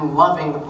loving